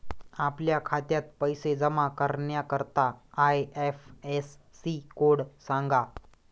आपल्या खात्यात पैसे जमा करण्याकरता आय.एफ.एस.सी कोड सांगा